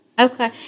Okay